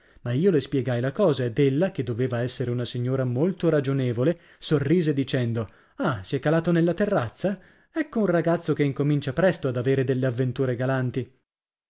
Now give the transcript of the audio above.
ma io le spiegai la cosa ed ella che doveva essere una signora molto ragionevole sorrise dicendo ah si è calato nella terrazza ecco un ragazzo che incomincia presto ad avere delle avventure galanti